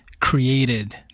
created